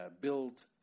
build